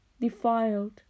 defiled